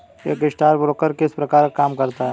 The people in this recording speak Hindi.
एक स्टॉकब्रोकर किस प्रकार का काम करता है?